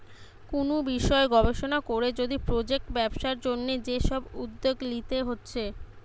কুনু বিষয় গবেষণা কোরে যদি প্রজেক্ট ব্যবসার জন্যে যে সব উদ্যোগ লিতে হচ্ছে